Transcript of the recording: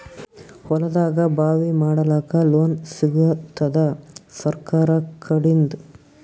ಹೊಲದಾಗಬಾವಿ ಮಾಡಲಾಕ ಲೋನ್ ಸಿಗತ್ತಾದ ಸರ್ಕಾರಕಡಿಂದ?